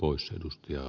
oussedusti ja